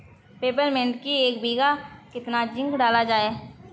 Peppermint की एक बीघा कितना जिंक डाला जाए?